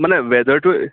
মানে ৱেডাৰটো